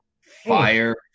fire